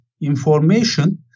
information